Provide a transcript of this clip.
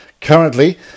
Currently